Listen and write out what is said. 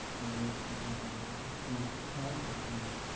it was it was a ah pursuit, private pursuit,